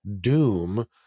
doom